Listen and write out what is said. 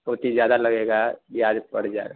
कोई चीज़ ज़्यादा लगेगा ब्याज बढ़ जाएगा